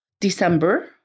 December